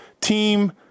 team